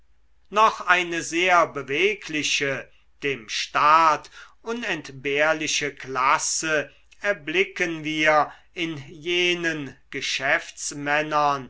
noch eine sehr bewegliche dem staat unentbehrliche klasse erblicken wir in jenen geschäftsmännern